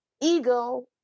Ego